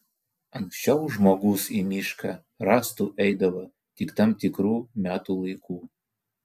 anksčiau žmogus į mišką rąstų eidavo tik tam tikru metų laiku